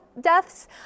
deaths